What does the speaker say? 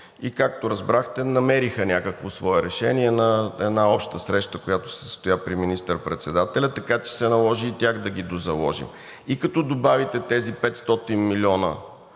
и както разбрахте, намериха някакво свое решение на една обща среща, която се състоя при министър-председателя, така че се наложи и тях да ги дозаложим. И като добавите тези 500 милиона,